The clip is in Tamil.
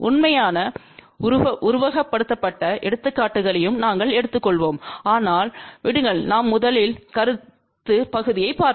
உண்மையான உருவகப்படுத்தப்பட்ட எடுத்துக்காட்டுகளையும் நாங்கள் எடுத்துக்கொள்வோம் ஆனால் விடுங்கள் நாம் முதலில் கருத்து பகுதியைப் பார்ப்போம்